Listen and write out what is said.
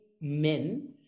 men